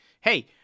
Hey